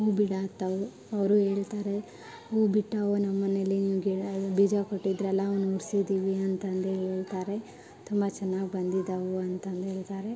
ಹೂವು ಬಿಡಾತ್ತವು ಅವರು ಹೇಳ್ತಾರೆ ಹೂವು ಬಿಟ್ಟಾವು ನಮ್ಮಮನೆಯಲ್ಲಿ ನೀವು ಗಿಡ ಬೀಜ ಕೊಟ್ಟಿದ್ರಲ್ಲ ಅವನ್ನ ಹುಟ್ಸಿದೀವಿ ಅಂತಂದೇಳ್ತಾರೆ ತುಂಬ ಚೆನ್ನಾಗ್ ಬಂದಿದಾವು ಅಂತಂದೇಳ್ತಾರೆ